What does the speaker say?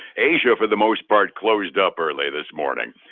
asia for the most part closed up early this morning.